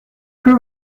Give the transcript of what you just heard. que